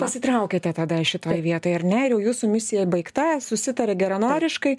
pasitraukiate tada šitoj vietoj ar ne ir jau jūsų misija baigta susitaria geranoriškai